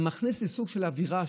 זה מכניס לסוג של אווירה,